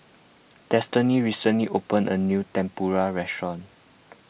Destiny recently opened a new Tempura restaurant